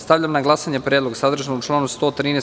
Stavljam na glasanje predlog sadržan u članu 113.